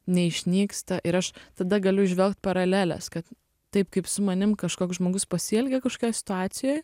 neišnyksta ir aš tada galiu įžvelgt paraleles kad taip kaip su manimi kažkoks žmogus pasielgė kažkokioj situacijoj